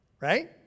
Right